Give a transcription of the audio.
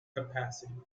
capacity